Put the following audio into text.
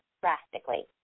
drastically